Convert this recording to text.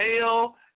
hell